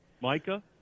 Micah